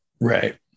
right